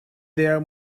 there